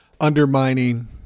undermining